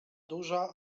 duża